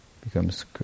becomes